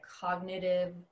cognitive